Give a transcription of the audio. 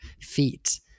feet